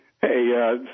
Hey